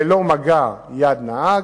ללא מגע יד נהג,